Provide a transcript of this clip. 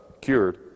cured